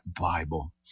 Bible